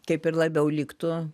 kaip ir labiau liktų